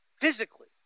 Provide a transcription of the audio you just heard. physically